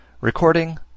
Recording